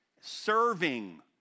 serving